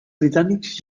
britànics